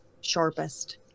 sharpest